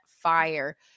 fire